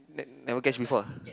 never catch before ah